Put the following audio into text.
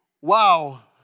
Wow